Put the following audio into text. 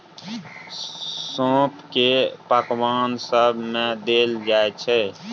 सौंफ केँ पकबान सब मे देल जाइ छै